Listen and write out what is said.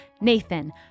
Nathan